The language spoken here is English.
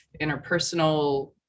interpersonal